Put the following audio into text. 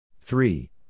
Three